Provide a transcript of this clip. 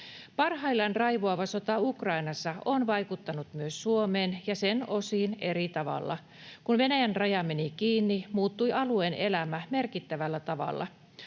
Parhaillaan raivoava sota Ukrainassa on vaikuttanut myös Suomeen ja sen osiin eri tavalla. Kun Venäjän raja meni kiinni, muuttui alueen elämä merkittävällä tavalla.